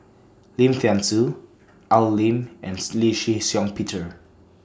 Lim Thean Soo Al Lim and Lee Shih Shiong Peter